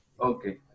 Okay